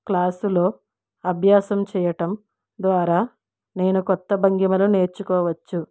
క్లాసులో అభ్యాసం చేయడం ద్వారా నేను కొత్త భంగిమలు నేర్చుకోవచ్చు